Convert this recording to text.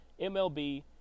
MLB